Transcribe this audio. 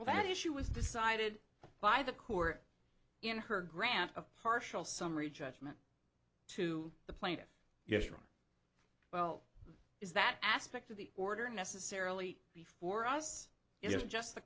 well that issue was decided by the court in her grant a partial summary judgment to the plaintiff yes well is that aspect of the order necessarily before us it is just the